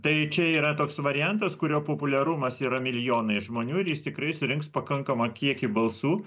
tai čia yra toks variantas kurio populiarumas yra milijonai žmonių ir jis tikrai surinks pakankamą kiekį balsų